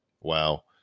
Wow